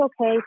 Okay